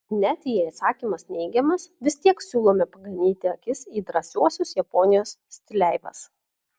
net jei atsakymas neigiamas vis tiek siūlome paganyti akis į drąsiuosius japonijos stileivas